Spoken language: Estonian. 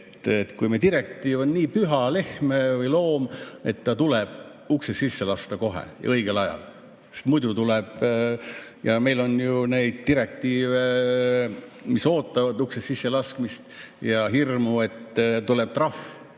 oli, et direktiiv on nii püha lehm või loom, et ta tuleb uksest sisse lasta kohe ja õigel ajal, sest muidu tuleb ... Ja meil on ju neid direktiive, mis ootavad uksest sisselaskmist, ja on hirmu, et tuleb trahv.